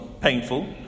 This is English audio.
painful